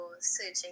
searching